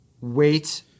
wait